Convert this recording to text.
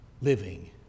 living